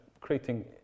creating